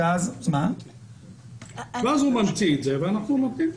אז הוא ממציא את המסמכים החסרים.